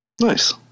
Nice